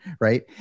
Right